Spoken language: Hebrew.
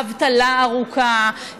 אבטלה ארוכה,